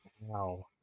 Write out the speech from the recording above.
Wow